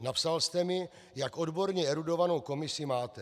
Napsal jste mi, jak odborně erudovanou komisi máte.